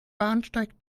bahnsteig